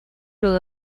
luego